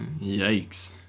Yikes